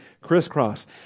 crisscross